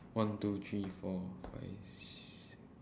one two three four five six